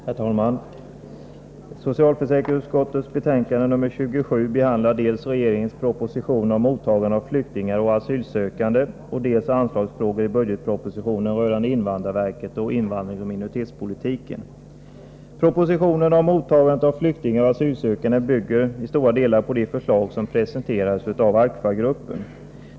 Herr talman! I socialförsäkringsutskottets betänkande nr 27 behandlas dels regeringens proposition om mottagande av flyktingar och asylsökande, dels anslagsfrågor i budgetpropositionen rörande invandrarverket och invandringsoch minoritetspolitiken. Propositionen om mottagandet av flyktingar och asylsökande bygger i stora delar på de förslag som presenterades av AGFA-gruppen.